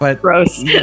Gross